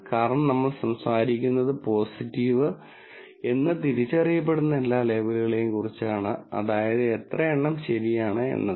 കാരണം നമ്മൾ സംസാരിക്കുന്നത് പോസിറ്റീവ് എന്ന് തിരിച്ചറിയപ്പെടുന്ന എല്ലാ ലേബലുകളെയും കുറിച്ചാണ് അതായത് എത്ര എണ്ണം ശരിയാണ് എന്നത്